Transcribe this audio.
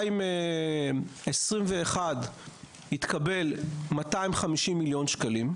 ב-2021 התקבלו 250 מיליון שקלים.